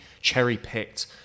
cherry-picked